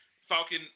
Falcon